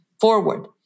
forward